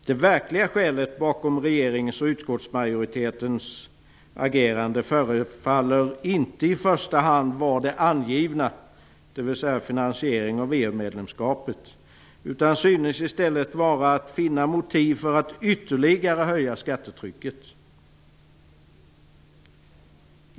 Det verkliga skälet bakom regeringens och utskottsmajoritetens agerande förefaller inte i första hand vara det angivna, dvs. finansiering av EU medlemskapet, utan synes i stället vara att finna motiv för att ytterligare höja skattetrycket.